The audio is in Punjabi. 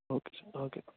okay ji okay